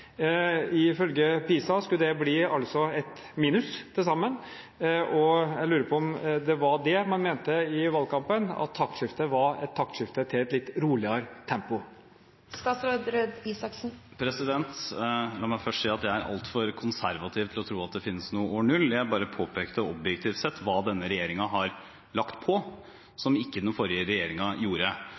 Ifølge PISA skulle det bli et minus til sammen. Jeg lurer på om det var det man mente i valgkampen, at taktskiftet var et taktskifte til et litt roligere tempo. La meg først si at jeg er altfor konservativ til å tro at det finnes noe år 0. Jeg bare påpekte objektivt sett hva denne regjeringen har lagt på, som ikke den forrige regjeringen gjorde.